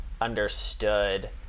understood